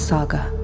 Saga